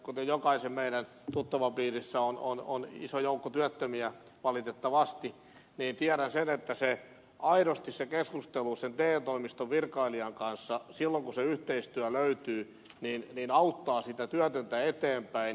kun jokaisen meidän tuttavapiirissä on iso joukko työttömiä valitettavasti niin tiedän sen että aidosti se keskustelu sen te toimiston virkailijan kanssa silloin kun se yhteistyö löytyy auttaa sitä työtöntä eteenpäin